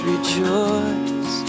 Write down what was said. rejoice